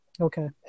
Okay